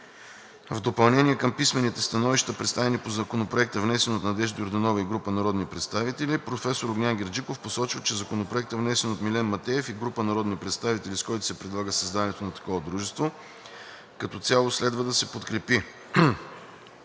В допълнение към писмените становища, представени по Законопроекта, внесен от Надежда Йорданова и група народни представители, професор Огнян Герджиков посочва, че Законопроектът, внесен от Милен Матеев и група народни представители, с който се предлага създаването на дружество с променлив капитал, като цяло следва да се подкрепи.